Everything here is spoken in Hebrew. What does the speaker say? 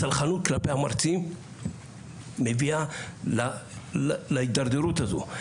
הסלחנות כלפי המרצים מביאה להתדרדרות הזאת.